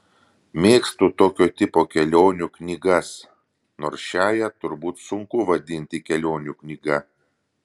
mėgstu tokio tipo kelionių knygas nors šiąją turbūt sunku vadinti kelionių knyga